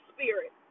Spirit